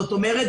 זאת אומרת,